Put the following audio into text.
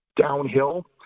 downhill